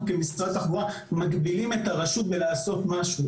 כמשרד התחבורה מגבילים את הרשות בלעשות משהו.